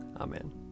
Amen